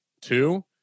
Two